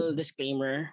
disclaimer